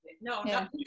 no